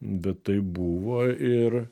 bet tai buvo ir